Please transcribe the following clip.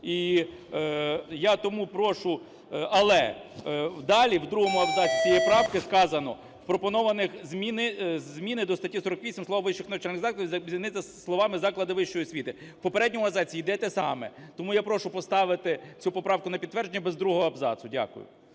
І я тому прошу, але далі в другому абзаці цієї правки сказано: пропоновані зміни до статті 48 слова "вищих навчальних закладів" замінити словами "заклади вищої освіти", в попередньому абзаці іде те саме. Тому я прошу поставити цю поправку на підтвердження без другого абзацу. Дякую.